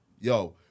Yo